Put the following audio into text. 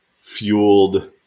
fueled